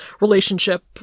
relationship